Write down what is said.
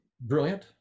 brilliant